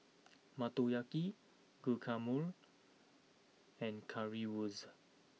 Motoyaki Guacamole and Currywurst